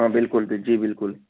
ہاں بالکل جی بالکل